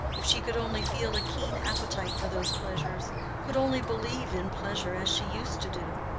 if she could only feel a keen appetite for those pleasures could only believe in pleasure as she used to do!